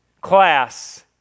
class